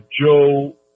Joe